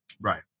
Right